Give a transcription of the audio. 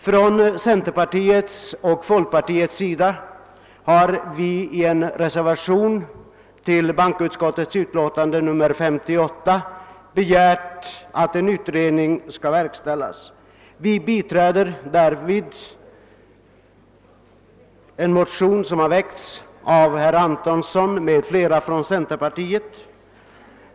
Från centerpartiet och folkpartiet har vi i en reservation till bankoutskottets utlåtande nr 58 begärt att en utredning skall verkställas. Vi vill därmed biträda en motion som har väckts av herr Antonsson m.fl. från centerpartiet.